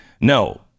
no